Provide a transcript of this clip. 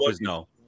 no